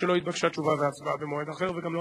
מורי ורבותי,